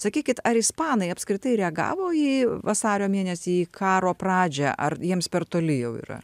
sakykit ar ispanai apskritai reagavo į vasario mėnesį į karo pradžią ar jiems per toli jau yra